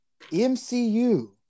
MCU